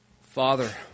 Father